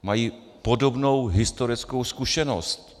Mají podobnou historickou zkušenost.